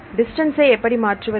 டிஸ்டன்ஸ்ஐ எப்படி மாற்றுவது